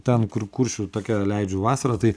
ten kur kuršių take leidžiu vasarą tai